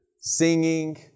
singing